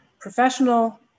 professional